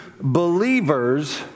believers